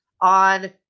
on